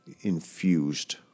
infused